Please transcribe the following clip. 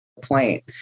point